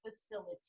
facility